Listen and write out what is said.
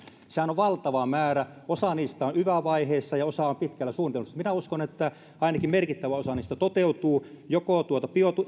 sehän on valtava määrä osa niistä on yva vaiheessa ja osa on pitkällä suunnittelussa minä uskon että ainakin merkittävä osa niistä toteutuu